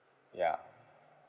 ya